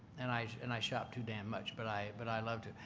and i and i shop too damn much, but i but i love to,